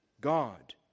God